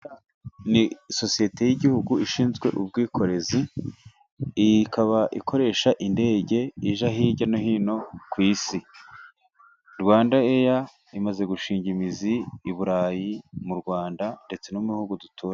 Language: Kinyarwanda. Ni sosiyete y'igihugu ishinzwe ubwikorezi, ikaba ikoresha indege ijya hirya no hino ku isi. RwandAir imaze gushinga imizi i Burayi, mu Rwanda ndetse no mu bihugu duturanye.